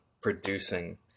producing